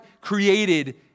created